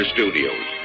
Studios